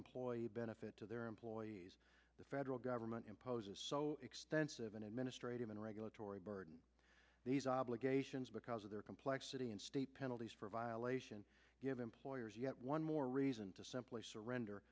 employee benefit to their employees the federal government imposes so extensive an administrative and regulatory burden these obligations because of their complexity and state penalties for violation give employers yet one more reason to simply surrender